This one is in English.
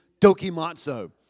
Dokimatsu